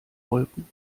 wolken